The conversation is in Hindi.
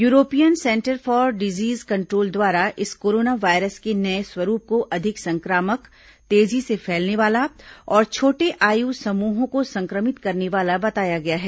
European centre for disease control द्वारा इस कोरोना वायरस के नये स्वरूप को अधिक संक्रामक तेजी से फैलने वाला और छोटे आयु समूहों को संक्रमित करने वाला बताया गया है